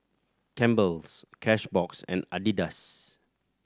Campbell's Cashbox and Adidas